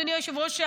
אדוני היושב-ראש,